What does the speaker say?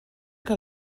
que